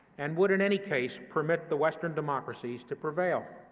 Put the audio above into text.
and would, in any case, permit the western democracies to prevail.